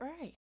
right